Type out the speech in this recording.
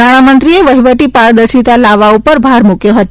નાણામંત્રીએ વહીવટી પારદર્શિતા લાવવા ઉપર ભાર મૂક્યો હતો